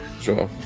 Sure